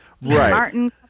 Martin